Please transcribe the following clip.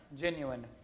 genuine